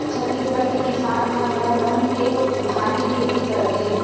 छत्तीसगढ़ के किसान मन रंग रंग के धान के खेती करथे